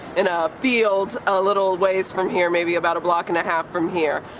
in a field a little ways from here maybe about a block and a half from here.